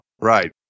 Right